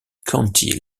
county